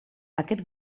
aquest